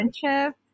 friendship